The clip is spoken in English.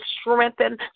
strengthen